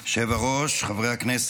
היושב-ראש, חברי הכנסת,